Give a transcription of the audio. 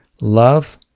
love